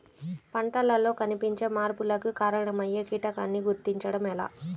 పంటలలో కనిపించే మార్పులకు కారణమయ్యే కీటకాన్ని గుర్తుంచటం ఎలా?